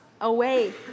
away